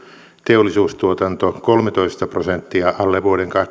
teollisuustuotanto kolmetoista prosenttia alle vuoden